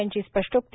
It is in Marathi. यांची स्पष्टोक्ती